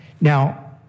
Now